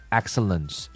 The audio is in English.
excellence